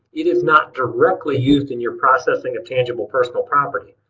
it is not directly used in your processing of tangible personal property.